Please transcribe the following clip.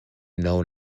known